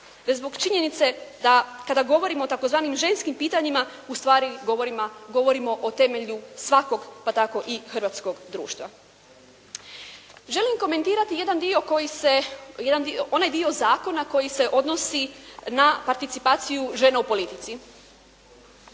zbog činjenice da kada govorimo o tzv. ženskim pitanjima u stvari govorimo o temelju svakog, pa tako i hrvatskog društva. Želim komentirati jedan dio koji se, onaj dio zakona koji se odnosi na participaciju žena u politici.